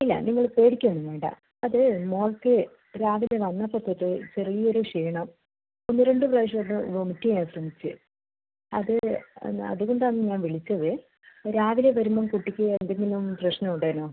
ഇല്ല നിങ്ങൾ പേടിക്കുക ഒന്നും വേണ്ട അത് മോൾക്ക് രാവിലെ വന്നപ്പോൾ തൊട്ട് ചെറിയ ഒരു ക്ഷീണം ഒന്ന് രണ്ട് പ്രാവശ്യം ആയിട്ട് വോമിറ്റ് ചെയ്യാൻ ശ്രമിച്ചു അത് എന്നാന്ന് അതുകൊണ്ട് ആണ് ഞാൻ വിളിച്ചത് രാവിലെ വരുമ്പോൾ കുട്ടിക്ക് എന്തെങ്കിലും പ്രശ്നം ഉണ്ടേനോ